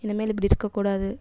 இனிமேல் இப்படி இருக்கக்கூடாது